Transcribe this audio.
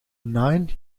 nine